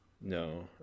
No